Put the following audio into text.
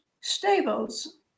stables